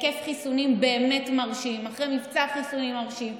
היקף חיסונים באמת מרשים אחרי מבצע חיסונים מרשים.